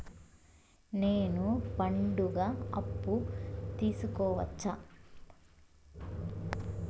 నేను పండుగ అప్పు తీసుకోవచ్చా?